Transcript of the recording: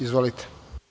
Izvolite.